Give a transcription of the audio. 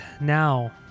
now